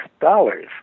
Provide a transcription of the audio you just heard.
dollars